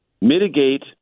mitigate